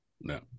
No